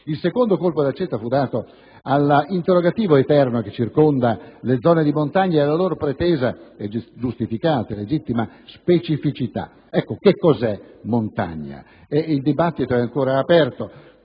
Il secondo colpo d'accetta fu dato all'interrogativo eterno che circonda le zone di montagne e la loro pretesa, giustificata e legittima specificità. Che cosa è "montagna"? Il dibattito è ancora aperto.